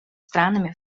странами